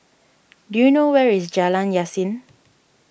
do you know where is Jalan Yasin